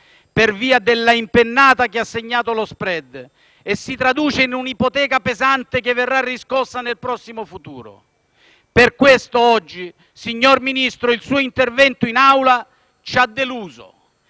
per via della impennata che ha segnato lo *spread* e si traduce in un'ipoteca pesante che verrà riscossa nel prossimo futuro. Per questo oggi, signor Ministro, il suo intervento in Aula ci ha deluso,